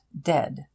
dead